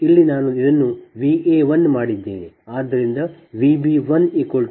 ಇಲ್ಲಿ ನಾನು ಇದನ್ನು V a1 ಮಾಡಿದ್ದೇನೆ